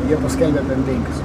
jie paskelbė piam penkis